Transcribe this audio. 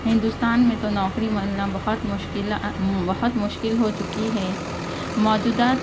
ہندوستان میں تو نوکری ملنا بہت مشکل بہت مشکل ہو چکی ہے موجودہ